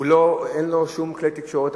אין לו שום כלי תקשורת,